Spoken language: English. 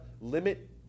limit